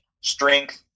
strength